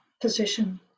position